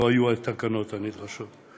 לא היו התקנות הנדרשות.